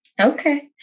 Okay